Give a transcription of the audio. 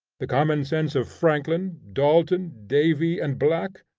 the common sense of franklin, dalton, davy and black,